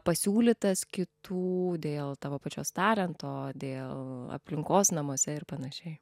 pasiūlytas kitų dėl tavo pačios talento dėl aplinkos namuose ir panašiai